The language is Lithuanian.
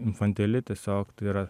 infantili tiesiog tai yra